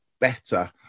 better